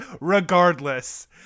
regardless